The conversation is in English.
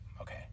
Okay